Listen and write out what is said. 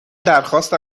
درخواست